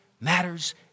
matters